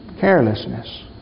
Carelessness